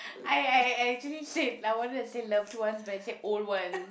I I I actually said I wanted to say loved ones but I said old one